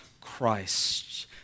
Christ